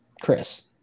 Chris